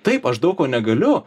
taip aš daug ko negaliu